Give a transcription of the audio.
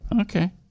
Okay